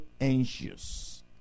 anxious